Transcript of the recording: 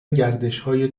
گردشهای